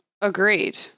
agreed